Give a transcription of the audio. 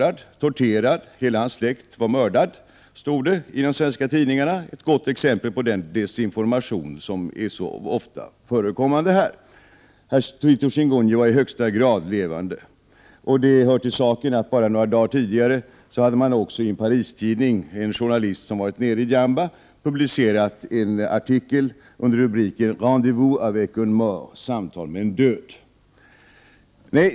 Han hade blivit torterad och hela hans släkt var mördad, stod det i de svenska tidningarna — ett gott exempel på den desinformation som är så ofta förekommande här. Herr Tito Chingunji var i högsta grad levande. Det hör till saken att bara några dagar tidigare hade en journalist som varit nere i Jamba i en Paristidning publicerat en artikel under rubriken: Rendez-vous avec un mort — samtal med en död.